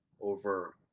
over